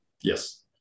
Yes